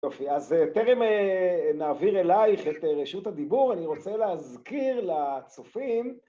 יופי, אז טרם נעביר אלייך את רשות הדיבור, אני רוצה להזכיר לצופים...